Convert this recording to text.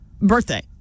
birthday